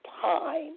time